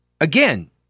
Again